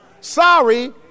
Sorry